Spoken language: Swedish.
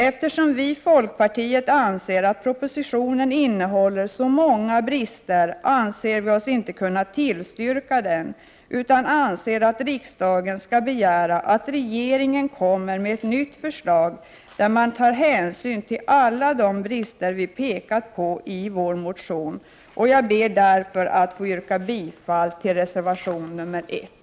Eftersom vi i folkpartiet tycker att propositionen innehåller 14 december 1988 så många brister, anser vi oss inte kunna tillstyrka den utan anser att Reavinstbeskattni riksdagen skall begära att regeringen kommer med ett nytt förslag, där man kd SRS Z - i 5 , å andelar i handelsbolag, tar hänsyn till alla de brister vi pekat på i vår motion. rr Jag ber därmed att få yrka bifall till reservation nr 1.